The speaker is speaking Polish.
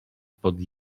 pod